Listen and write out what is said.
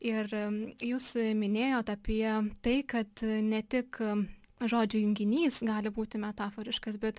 ir jūs minėjot apie tai kad ne tik žodžių junginys gali būti metaforiškas bet